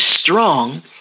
strong